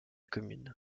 commune